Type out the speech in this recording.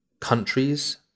countries